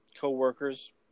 co-workers